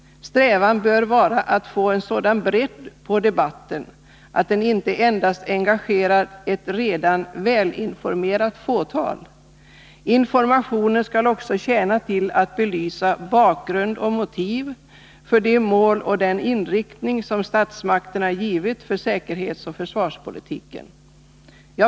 Strävan bör vara att få en sådan bredd på debatten att den inte endast engagerar ett redan välinformerat fåtal. I Informationen skall också tjäna till att belysa bakgrund och motiv för de mål och den inriktning som statsmakterna givit för säkerhetsoch försvarspolitiken.